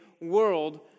world